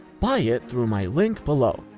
buy it through my link below.